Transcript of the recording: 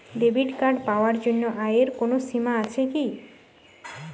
Debit card পাওয়ার জন্য আয়ের কোনো সীমা আছে কি?